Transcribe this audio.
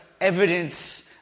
evidence